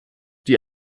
die